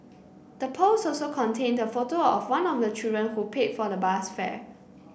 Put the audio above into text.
the post also contained a photo of one of the children who paid for the bus fare